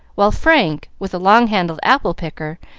while frank, with a long-handled apple-picker,